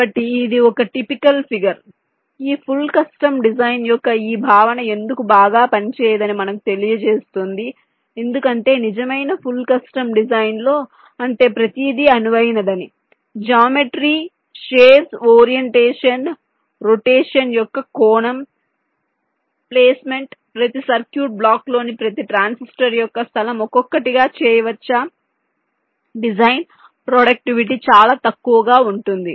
కాబట్టి ఇది ఒక టిపికల్ ఫిగర్ ఈ ఫుల్ కస్టమ్ డిజైన్ యొక్క ఈ భావన ఎందుకు బాగా పనిచేయదని మనకు తెలియజేస్తుంది ఎందుకంటే నిజమైన ఫుల్ కస్టమ్ డిజైన్ లో అంటే ప్రతిదీ అనువైనదని జామెట్రీ షేప్స్ ఓరియెంటేషన్ రొటేషన్ యొక్క కోణం ప్లేస్మెంట్ ప్రతి సర్క్యూట్ బ్లాక్లోని ప్రతి ట్రాన్సిస్టర్ యొక్క స్థలం ఒక్కొక్కటిగా చేయవచ్చా డిజైన్ ప్రొడక్టివిటీ చాలా తక్కువగా ఉంటుంది